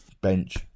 bench